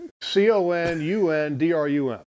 C-O-N-U-N-D-R-U-M